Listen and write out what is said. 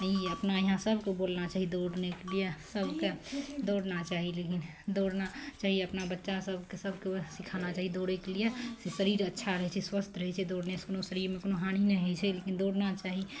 अपना यहाँ सभकेँ बोलना चाही दौड़नेके लिए सभकेँ दौड़ना चाही लेकिन दौड़ना चाही अपना बच्चा सभकेँ सभकेँ सिखाना चाही दौड़ेके लिए से शरीर अच्छा रहै छै स्वस्थ रहै छै दौड़नेसे कोनो शरीरमे कोनो हानि नहि होइ छै लेकिन दौड़ना चाही